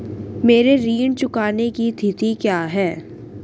मेरे ऋण चुकाने की तिथि क्या है?